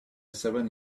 seven